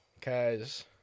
Cause